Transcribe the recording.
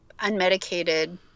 unmedicated